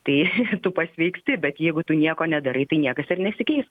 tai tu pasveiksti bet jeigu tu nieko nedarai tai niekas ir nesikeis